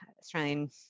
Australian